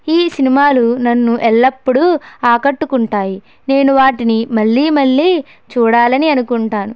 ఈ సినిమాలు నన్ను ఎల్లప్పుడు ఆకట్టు కుంటాయి నేను వాటిని మళ్ళీ మళ్ళీ చూడాలని అనుకుంటాను